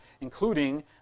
including